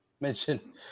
Mention